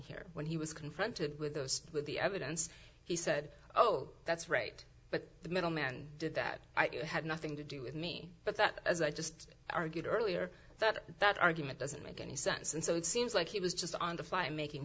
here when he was confronted with those with the evidence he said oh that's right but the middleman did that had nothing to do with me but that as i just argued earlier that that argument doesn't make any sense and so it seems like he was just on t